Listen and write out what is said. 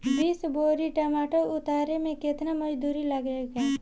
बीस बोरी टमाटर उतारे मे केतना मजदुरी लगेगा?